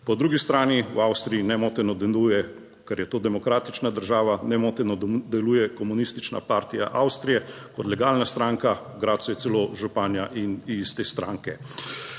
Po drugi strani v Avstriji nemoteno deluje, ker je to demokratična država, nemoteno deluje Komunistična partija Avstrije kot legalna stranka, v Gradcu je celo županja in iz te stranke.